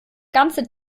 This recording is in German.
ganze